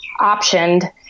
optioned